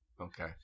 Okay